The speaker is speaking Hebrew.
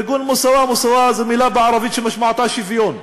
ארגון "מוסאוא" "מוסאוא" זו מילה בערבית שמשמעותה שוויון,